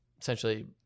essentially